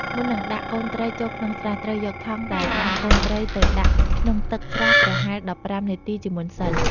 មុននឹងដាក់កូនត្រីចូលក្នុងស្រះ ត្រូវយកថង់ដែលដាក់កូនត្រីទៅដាក់ក្នុងទឹកស្រះប្រហែល ១៥ នាទីជាមុនសិន។